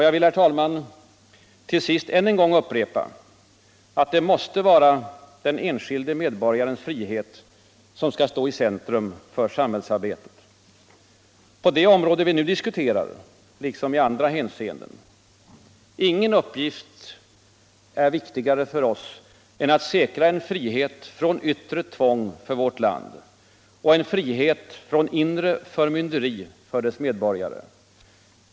Jag vill, herr talman, till sist än en gång upprepa att det måste vara den enskilde medborgarens frihet som skall stå i centrum för samhällsarbetet. På det område vi nu diskuterar liksom i andra hänseenden. Ingen uppgift är viktigare för oss än att säkra en frihet från yttre tvång för vårt land och en frihet från inre förmynderi för dess medborgare.